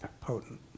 potent